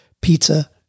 pizza